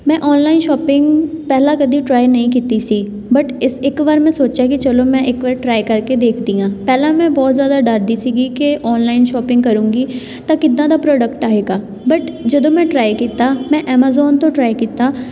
ਮੈਂ online shopping ਪਹਿਲਾਂ ਕਦੀ ਟਰਾਈ ਨਹੀਂ ਕੀਤੀ ਸੀ ਬਟ ਇਸ ਇੱਕ ਵਾਰ ਮੈਂ ਸੋਚਿਆ ਕਿ ਚਲੋ ਮੈਂ ਇੱਕ ਵਾਰ ਟਰਾਈ ਕਰਕੇ ਦੇਖਦੀ ਹਾਂ ਪਹਿਲਾਂ ਮੈਂ ਬਹੁਤ ਜ਼ਿਆਦਾ ਡਰਦੀ ਸੀਗੀ ਕਿ ਔਨਲਾਈਨ ਸ਼ੋਪਿੰਗ ਕਰੂੰਗੀ ਤਾਂ ਕਿੱਦਾਂ ਦਾ ਪ੍ਰੋਡਕਟ ਆਏਗਾ ਬਟ ਜਦੋਂ ਮੈਂ ਟਰਾਈ ਕੀਤਾ ਮੈਂ ਐਮਾਜ਼ੋਨ ਤੋਂ ਟ੍ਰਾਈ ਕੀਤਾ